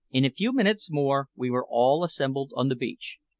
in a few minutes more we were all assembled on the beach.